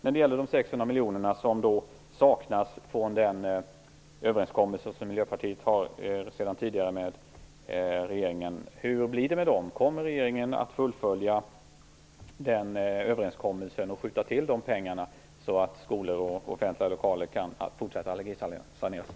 När det gäller de 600 miljoner som saknas från den överenskommelse som Miljöpartiet har sedan tidigare med regeringen: Hur blir det med dem? Kommer regeringen att fullfölja den överenskommelsen och skjuta till pengarna så att skolor och offentliga lokaler kan fortsätta allergisaneras?